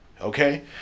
Okay